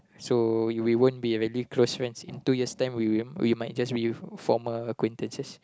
so you we won't be close friends in two years time we might just be former acquaintances